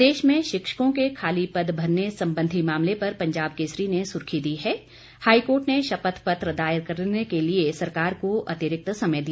प्रदेश में शिक्षकों के खाली पद भरने संबंधी मामले पर पंजाब केसरी ने सुर्खी दी है हाईकोर्ट ने शपथ पत्र दायर करने के लिए सरकार को अतिरिक्त समय दिया